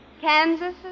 Kansas